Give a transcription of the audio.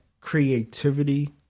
creativity